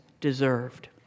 deserved